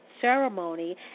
ceremony